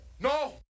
No